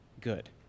good